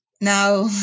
now